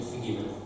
forgiven